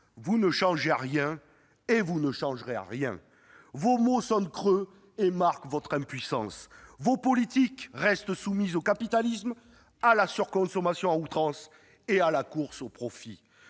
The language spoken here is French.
vous ne changez rien et vous ne changerez rien. Vos mots sonnent creux et marquent votre impuissance. Vos politiques restent soumises au capitalisme, à la surconsommation à outrance et à la course au profit.